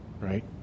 right